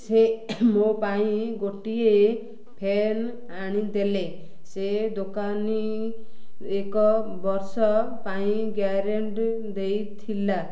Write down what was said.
ସେ ମୋ ପାଇଁ ଗୋଟିଏ ଫେନ୍ ଆଣିଦେଲେ ସେ ଦୋକାନୀ ଏକ ବର୍ଷ ପାଇଁ ଗ୍ୟାରେଣ୍ଟୀ ଦେଇଥିଲା